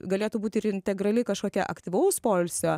galėtų būti ir integrali kažkokia aktyvaus poilsio